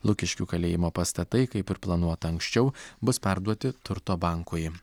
lukiškių kalėjimo pastatai kaip ir planuota anksčiau bus perduoti turto bankui